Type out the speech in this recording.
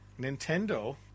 Nintendo